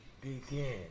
begin